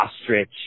ostrich